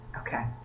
Okay